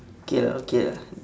K lah okay lah